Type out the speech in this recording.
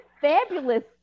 fabulous